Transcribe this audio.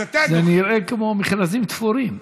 אז אתה, זה נראה כמו מכרזים תפורים.